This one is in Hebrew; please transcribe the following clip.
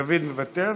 דוד, מוותר?